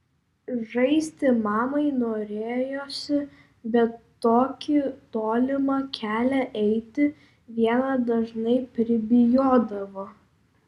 žaisti mamai norėjosi bet tokį tolimą kelią eiti viena dažnai pribijodavo